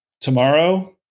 tomorrow